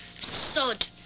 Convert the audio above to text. Sod